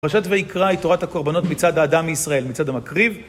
פרשת ויקרא היא תורת הקורבנות מצד האדם מישראל, מצד המקריב.